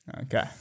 Okay